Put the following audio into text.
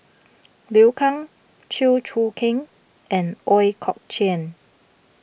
Liu Kang Chew Choo Keng and Ooi Kok Chuen